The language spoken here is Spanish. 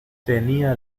tenía